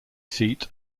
seat